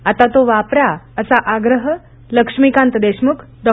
आता तो वापरा असा आग्रह लक्ष्मीकांत देशमुख डॉ